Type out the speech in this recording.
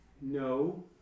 No